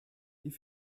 die